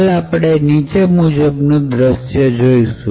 હાલ આપણે નીચે મુજબનું દ્રશ્ય જોઇશું